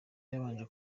yabanje